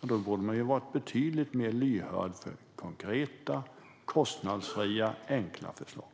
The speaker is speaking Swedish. borde man vara betydligt mer lyhörd för konkreta, kostnadsfria och enkla förslag.